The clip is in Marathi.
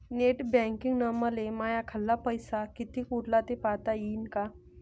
नेट बँकिंगनं मले माह्या खाल्ल पैसा कितीक उरला थे पायता यीन काय?